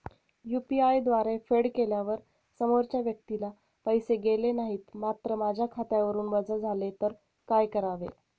UPI द्वारे फेड केल्यावर समोरच्या व्यक्तीला पैसे गेले नाहीत मात्र माझ्या खात्यावरून वजा झाले तर काय करावे?